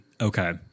Okay